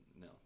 No